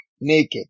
naked